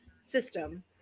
system